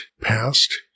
past